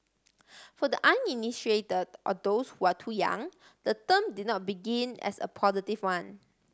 for the uninitiated or those who are too young the term did not begin as a positive one